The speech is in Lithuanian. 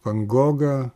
van gogą